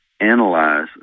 analyze